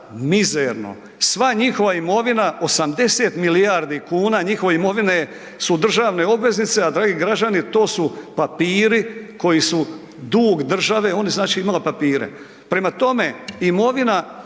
mizerno. Sva njihova imovina 80 milijardi kuna njihove imovine su državne obveznice, a dragi građani to su papiri koji su dug države, ona je znači imala papire. Prema tome, imovina